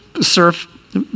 surf